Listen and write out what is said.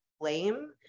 blame